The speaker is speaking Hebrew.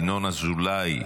ינון אזולאי,